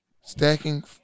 stacking